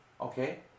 Okay